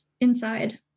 inside